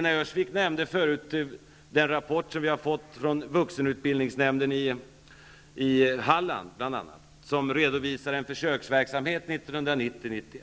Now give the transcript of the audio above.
Lena Öhrsvik nämnde förut den rapport som vi har fått från bl.a. vuxenutbildningsnämnden i Halland. Där redovisas en försöksverksamhet från 1990/91. Det